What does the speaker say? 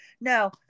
no